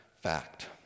fact